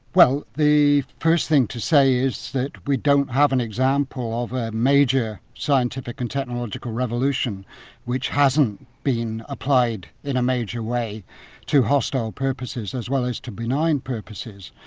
well the first thing to say is that we don't have an example of a major scientific and technological revolution which hasn't been applied in a major way to hostile purposes as well as to benign purposes.